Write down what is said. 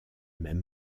même